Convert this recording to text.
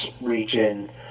region